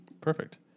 Perfect